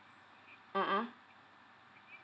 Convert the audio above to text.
mmhmm